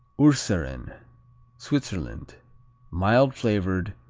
urseren switzerland mild flavored.